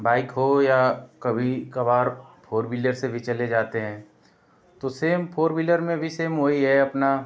bike ओ या कभी कभार फोर व्हीलर से भी चले जाते हैं तो सेम फोर व्हीलर में भी सेम वही है अपना